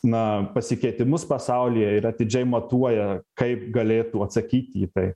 na pasikeitimus pasaulyje ir atidžiai matuoja kaip galėtų atsakyti į tai